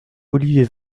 olivier